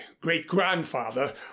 great-grandfather